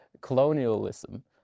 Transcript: colonialism